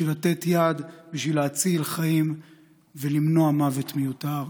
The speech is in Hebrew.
בשביל לתת יד בשביל להציל חיים ולמנוע מוות מיותר.